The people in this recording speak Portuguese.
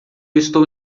estou